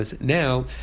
Now